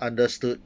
understood